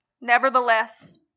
Nevertheless